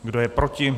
Kdo je proti?